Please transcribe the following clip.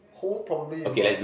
whole probably about